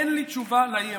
אין לי תשובה על האי-אמון,